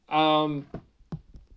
um